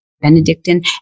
Benedictine